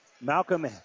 Malcolm